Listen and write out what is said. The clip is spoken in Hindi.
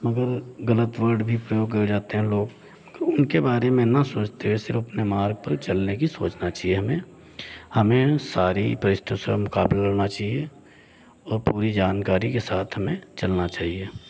मगर ग़लत वर्ड भी प्रयोग कर जाते हैं लोग उनके बारे में ना सोचते हुए सिर्फ अपने मार्ग पर चलने की सोचना चाहिए हमें हमें सारी परिस्थितिसम काबू करना चाहिए और पूरी जानकारी के साथ हमें चलना चाहिए